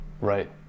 right